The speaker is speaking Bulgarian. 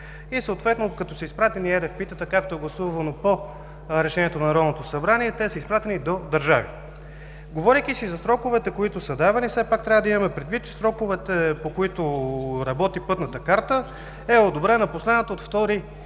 Съответно като са изпратени RPT-тата, като е гласувано по Решението на Народното събрание, те са изпратени до държави. Говорейки за сроковете, които са давани, все пак трябва да имаме предвид сроковете, по които работи пътната карта, последната одобрена